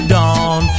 dawn